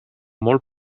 molt